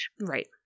Right